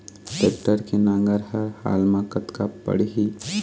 Tractor के नांगर हर हाल मा कतका पड़िही?